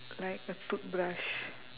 like a toothbrush